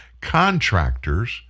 contractors